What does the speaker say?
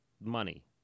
money